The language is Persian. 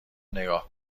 نگاه